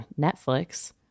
Netflix